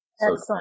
Excellent